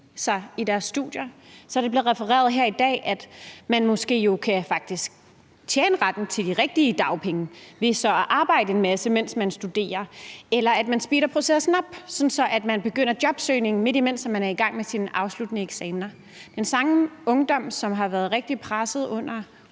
i deres studier, og som det er blevet refereret her i dag, at man måske kan optjene retten til de rigtige dagpenge ved så at arbejde en masse, mens man studerer, eller at man speeder processen op, sådan at man begynder jobsøgningen, imens man er i gang med sine afsluttende eksaminer. Det er den samme ungdom, som har været rigtig presset under